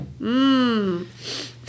Mmm